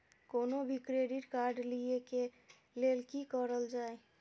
कोनो भी credit card लिए के लेल की करल जाय?